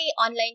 online